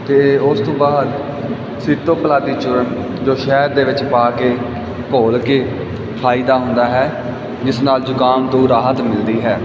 ਤੇ ਉਸ ਤੋਂ ਬਾਅਦ ਸਿਰ ਤੋਂ ਪਲਾਟੀ ਚੂਰਨ ਜੋ ਸ਼ਹਿਦ ਦੇ ਵਿੱਚ ਪਾ ਕੇ ਘੋਲ ਕੇ ਖਾਈਦਾ ਹੁੰਦਾ ਹੈ ਜਿਸ ਨਾਲ ਜੁਕਾਮ ਤੋਂ ਰਾਹਤ ਮਿਲਦੀ ਹੈ